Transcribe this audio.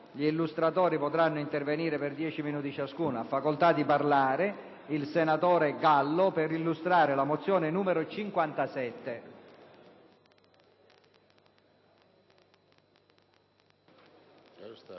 Gli illustratori potranno intervenire per 10 minuti ciascuno. Ha facoltà di parlare il senatore Gallo per illustrare la mozione n. 57.